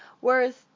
whereas